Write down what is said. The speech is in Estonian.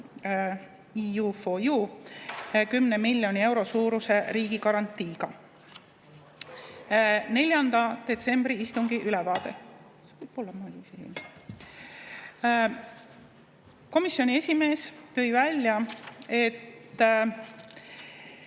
EU4U 10 miljoni euro suuruse riigigarantiiga. 4. detsembri istungi ülevaade. Komisjoni esimees tõi välja, et